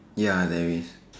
ya there is